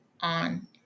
on